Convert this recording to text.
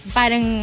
parang